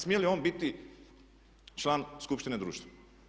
Smije li on biti član skupštine društva?